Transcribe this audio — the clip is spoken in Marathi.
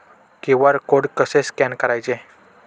क्यू.आर कोड कसे स्कॅन करायचे?